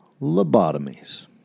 Lobotomies